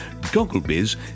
Gogglebiz